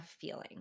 feeling